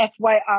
FYI